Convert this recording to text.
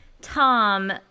Tom